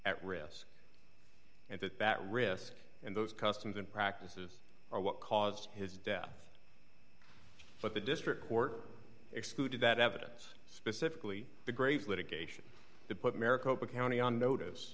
at risk and that that risk and those customs and practices are what caused his death but the district court excluded that evidence specifically the great litigation that put maricopa county on notice